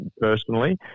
personally